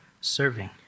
serving